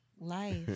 Life